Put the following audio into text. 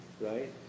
right